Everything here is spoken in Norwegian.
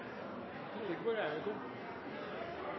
ikke være på lærerværelsene. Det er ganske utrolig – med det bakteppet jeg